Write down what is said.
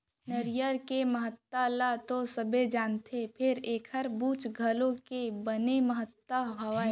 नरियर के महत्ता ल तो सबे जानथें फेर एकर बूच घलौ के बने महत्ता हावय